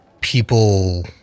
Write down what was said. people